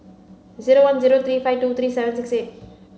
zero one zero three five two three seven six eight